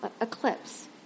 eclipse